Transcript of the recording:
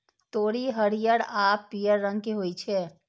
तोरी हरियर आ पीयर रंग के होइ छै